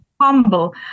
humble